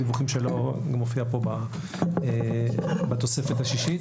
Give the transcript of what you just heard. זה מופיע כאן בתוספת השישית.